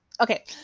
okay